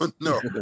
no